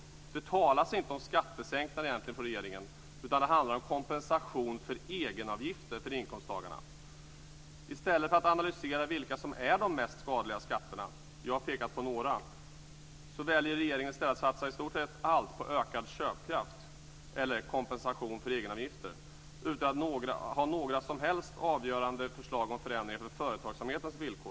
Regeringen talar egentligen inte om skattesänkningar, utan det handlar om kompensation för egenavgifter för inkomsttagarna. I stället för att analysera vilka som är de mest skadliga skatterna - jag har pekat på några - väljer regeringen att satsa i stort sett allt på ökad köpkraft eller kompensation för egenavgifter utan att ha några som helst avgörande förslag om förändringar av företagsamhetens villkor.